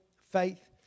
faith